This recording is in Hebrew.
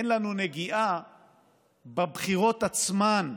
אין לנו נגיעה בבחירות עצמן,